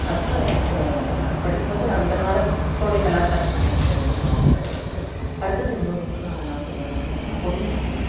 அப்போ அது படிக்கும் போது அந்த காலத்துடைய கலாச்சாரத்தை பற்றி நம்ப தெரிஞ்சுக்கிறோம் அப்படின்றது இந்த புக்கு அடுத்தது இன்னொரு புக்கு நான் என்ன சொல்லுவேன் அப்படினு சொன்னால் பொன்னியின் செல்வன்